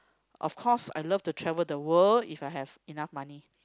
of course I love to travel the world If I I have enough money